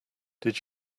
did